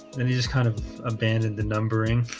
then they just kind of abandoned the numbering.